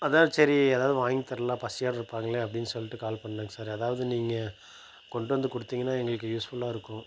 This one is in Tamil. அதான் சரி எதாவது வாங்கி தரலாம் பசியோடு இருப்பாங்கள் அப்படின்னு சொல்லிட்டு கால் பண்ணுணேங்க சார் அதாவது நீங்கள் கொண்டு வந்து கொடுத்திங்கன்னா எங்களுக்கு யூஸ் ஃபுல்லாக இருக்கும்